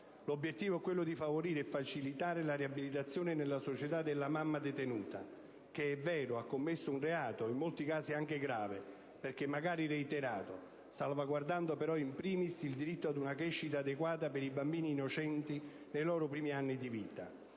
L'obiettivo è quello di favorire e facilitare la riabilitazione nella società della mamma detenuta che, è vero, ha commesso un reato, in molti casi anche grave, perché magari reiterato, salvaguardando però *in primis* il diritto ad una crescita adeguata per i bambini innocenti nei loro primi anni di vita.